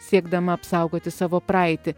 siekdama apsaugoti savo praeitį